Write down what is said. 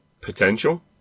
potential